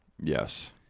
Yes